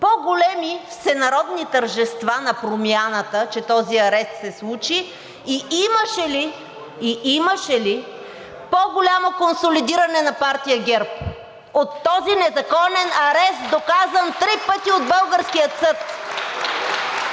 по-големи всенародни тържества на Промяната, че този арест се случи и имаше ли по-голямо консолидиране на партия ГЕРБ от този незаконен арест, доказан три пъти от българския съд?